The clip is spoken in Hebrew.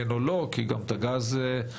כן או לא?" כי גם את הגז הוציאו,